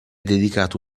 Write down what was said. dedicato